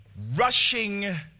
rushing